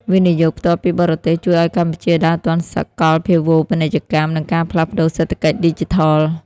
វិនិយោគផ្ទាល់ពីបរទេស ជួយឱ្យកម្ពុជាដើរទាន់សកលភាវូបនីយកម្ម និងការផ្លាស់ប្តូរសេដ្ឋកិច្ចឌីជីថល។